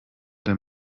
der